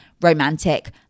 romantic